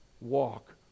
walk